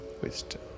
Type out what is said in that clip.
Wisdom